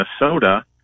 Minnesota